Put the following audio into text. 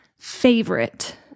favorite